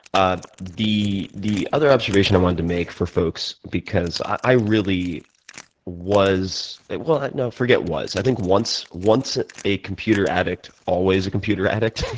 ah the the other observation i wanted to make for folks, because i really was well, no, forget was i think once once a computer addict, always a computer addict,